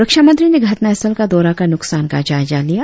रक्षा मंत्री ने घटना स्थल का दौरा कर नुकसान का जायजा लिया